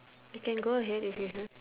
you can go ahead if you have